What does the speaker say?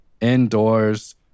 indoors